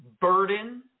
burden